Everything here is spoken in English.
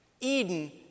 Eden